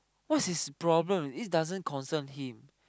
what's his problem it doesn't concern him